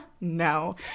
no